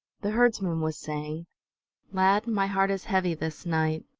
the herdsman was saying lad, my heart is heavy this night.